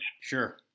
sure